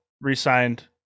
Resigned